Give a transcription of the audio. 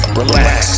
relax